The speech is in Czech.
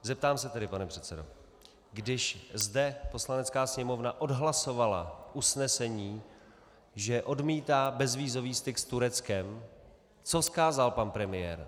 Zeptám se tedy, pane předsedo: Když zde Poslanecká sněmovna odhlasovala usnesení, že odmítá bezvízový styk s Tureckem, co vzkázal pan premiér?